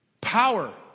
Power